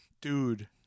Dude